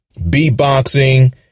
Beatboxing